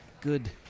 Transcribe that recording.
Good